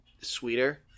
sweeter